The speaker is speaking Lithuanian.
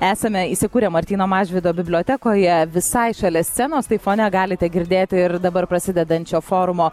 esame įsikūrę martyno mažvydo bibliotekoje visai šalia scenos tai fone galite girdėti ir dabar prasidedančio forumo